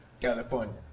California